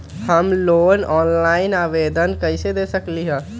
हम लोन के ऑनलाइन आवेदन कईसे दे सकलई ह?